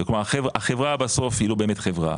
כלומר החברה בסוף היא לא באמת חברה,